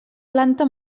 planta